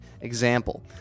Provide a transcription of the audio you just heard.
example